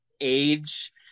age